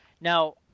Now